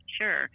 Sure